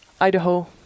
Idaho